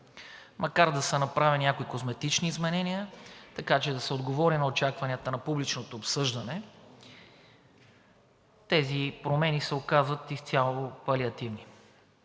Макар да са направени някои козметични изменения, така че да се отговори на очакванията на публичното обсъждане, тези промени се оказват изцяло палеативни.